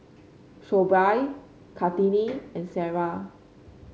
Shoaib Kartini and Sarah